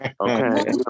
Okay